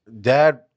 dad